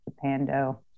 Pando